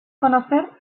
conocer